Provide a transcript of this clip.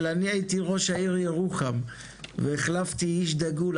אבל אני הייתי ראש העיר ירוחם והחלפתי איש דגול,